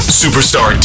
superstar